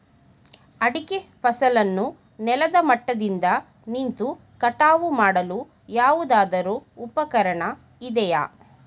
ಅಡಿಕೆ ಫಸಲನ್ನು ನೆಲದ ಮಟ್ಟದಿಂದ ನಿಂತು ಕಟಾವು ಮಾಡಲು ಯಾವುದಾದರು ಉಪಕರಣ ಇದೆಯಾ?